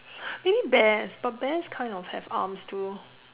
maybe bears but bears kind of have arms too